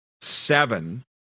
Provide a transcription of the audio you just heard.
seven